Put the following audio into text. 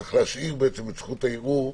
צריך להשאיר את זכות הערעור,